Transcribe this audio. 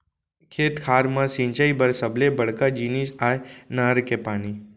खेत खार म सिंचई बर सबले बड़का जिनिस आय नहर के पानी